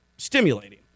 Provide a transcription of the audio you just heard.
Stimulating